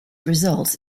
results